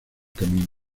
camino